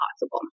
possible